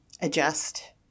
adjust